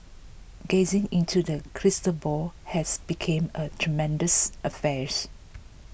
gazing into the crystal ball has become a treacherous affairs